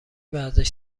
ورزش